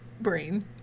brain